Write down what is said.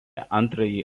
antrąjį